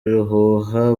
ruhuha